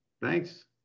Thanks